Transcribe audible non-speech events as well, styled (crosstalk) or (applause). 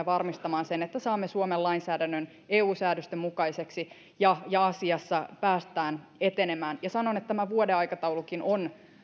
(unintelligible) varmistamaan sen että saamme suomen lainsäädännön eu säädösten mukaiseksi ja ja asiassa päästään etenemään sanon että tämä vuoden aikataulukin on